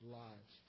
lives